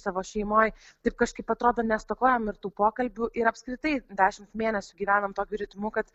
savo šeimoj taip kažkaip atrodo nestokojam ir tų pokalbių ir apskritai dešimt mėnesių gyvenam tokiu ritmu kad